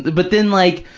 but then like,